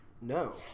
No